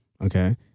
Okay